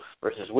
versus